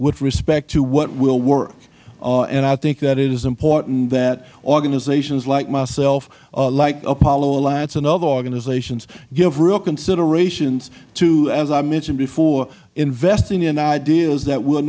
with respect to what will work and i think that it is important that organizations like myself like apollo alliance and other organizations give real considerations to as i mentioned before investing in ideas that will